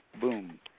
Boom